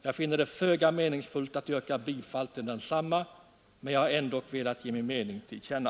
Jag finner det föga meningsfullt att yrka bifall till densamma, men jag har ändock velat ge min mening till känna.